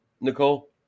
Nicole